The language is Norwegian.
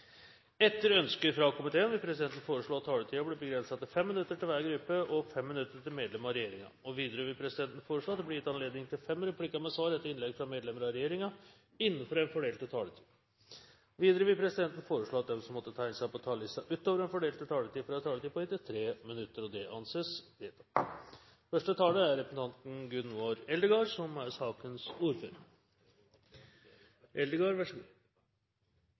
Etter ønske fra utenriks- og forsvarskomiteen vil presidenten foreslå at taletiden blir begrenset til 5 minutter til hver gruppe og 5 minutter til medlem av regjeringen. Videre vil presidenten foreslå at det blir gitt anledning til seks replikker med svar etter innlegg fra medlem av regjeringen innenfor den fordelte taletid. Videre vil presidenten foreslå at de som måtte tegne seg på talerlisten utover den fordelte taletid, får en taletid på inntil 3 minutter. – Det anses vedtatt. Første taler er representanten Peter Skovholt Gitmark, som er sakens ordfører.